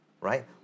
right